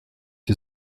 you